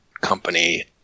company